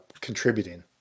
contributing